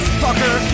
fucker